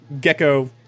gecko